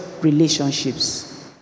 relationships